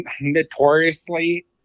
notoriously